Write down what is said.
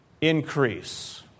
increase